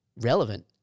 relevant